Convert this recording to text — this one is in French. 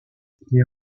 les